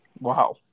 Wow